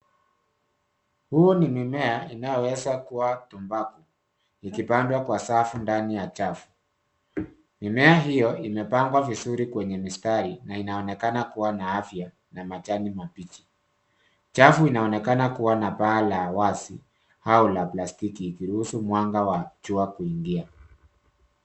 Huo ni mimea inayoweza kuwa tumbaku, ikipandwa kwa safu ndani ya chafu. Mimea hiyo imepangwa vizuri kwenye mistari na inaonekana kuwa na afya na majani mabichi. Chafu inaonekana kuwa na paa la wazi au la plastiki ikiruhusu mwanga wa jua kuingia.